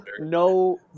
no